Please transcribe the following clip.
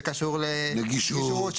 שקשור לנגישות,